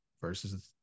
versus